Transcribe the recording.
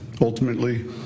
ultimately